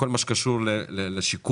כל מה שקשור לשיכון